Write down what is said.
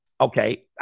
Okay